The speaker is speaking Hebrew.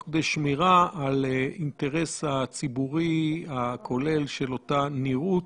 כדי שמירה על אינטרס הציבורי הכולל של אותה נראות,